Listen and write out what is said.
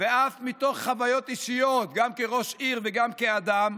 ואף מתוך חוויות אישיות, גם כראש עיר וגם כאדם,